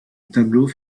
tableau